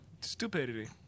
stupidity